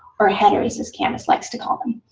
or headers as candace likes to call them.